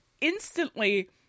instantly